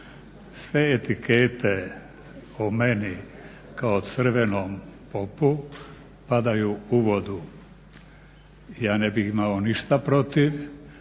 Sve etikete o meni kao crvenom popu padaju u vodu. Ja ne bih imao ništa protiv